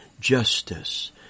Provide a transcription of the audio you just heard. Justice